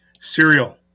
Cereal